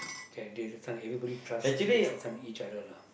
Thaddeus you can't everybody trust they trust on each other lah